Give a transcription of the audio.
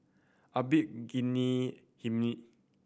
Abdul Ghani Hamid